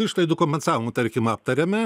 išlaidų kompensavimą tarkim aptariame